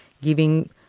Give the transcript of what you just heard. giving